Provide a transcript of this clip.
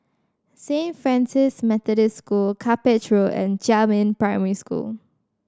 Saint Francis Methodist School Cuppage Road and Jiemin Primary School